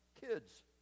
kids